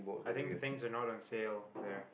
I think the things are not on sale there